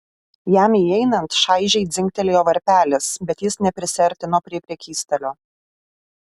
jam įeinant šaižiai dzingtelėjo varpelis bet jis neprisiartino prie prekystalio